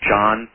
John